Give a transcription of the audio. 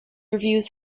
reviews